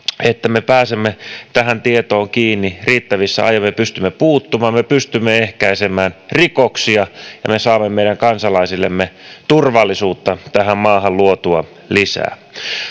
että me pääsemme tähän tietoon kiinni riittävissä ajoin me pystymme puuttumaan me me pystymme ehkäisemään rikoksia ja saamme meidän kansalaisillemme turvallisuutta tähän maahan luotua lisää